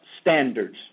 standards